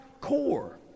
core